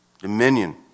dominion